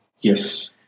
Yes